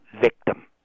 victim